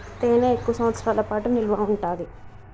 తేనె ఎక్కువ సంవత్సరాల పాటు నిల్వ ఉంటాది